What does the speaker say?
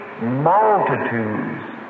multitudes